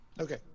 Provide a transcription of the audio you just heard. okay